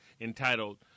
entitled